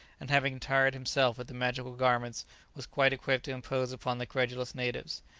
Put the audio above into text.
and having attired himself with the magical garments was quite equipped to impose upon the credulous natives.